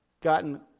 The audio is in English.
gotten